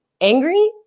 angry